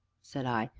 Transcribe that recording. said i,